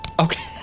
Okay